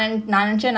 mm